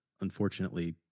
Unfortunately